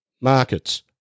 Markets